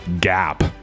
gap